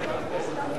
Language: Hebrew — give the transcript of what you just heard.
ומדינת ישראל,